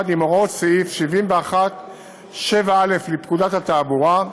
עם הוראות סעיף 71(7א) לפקודת התעבורה,